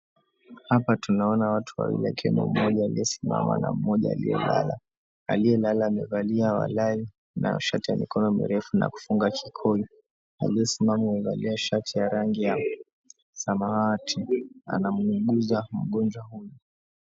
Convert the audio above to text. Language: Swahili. Hapa tunaona watu wawili akiwemo mmoja aliyesimama na mmoja aliyelala. Aliyelala amevalia walai na shati ya mikono mirefu na kufunga kikoi. Aliyesimama amevalia shati ya rangi ya samawati anamuuguza mgonjwa huyu.